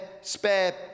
spare